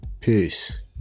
Peace